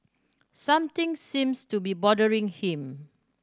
something seems to be bothering him